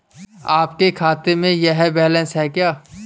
आपके खाते में यह बैलेंस है क्या?